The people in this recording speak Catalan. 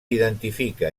identifica